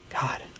God